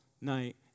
night